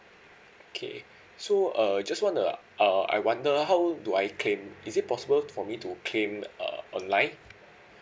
okay so uh just wanna uh I wonder how do I claim is it possible for me to claim uh online